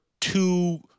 two